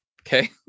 Okay